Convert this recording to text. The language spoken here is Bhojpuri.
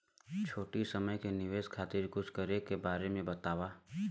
छोटी समय के निवेश खातिर कुछ करे के बारे मे बताव?